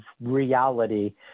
reality